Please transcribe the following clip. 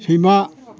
सैमा